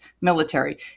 military